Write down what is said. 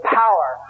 power